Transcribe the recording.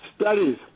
studies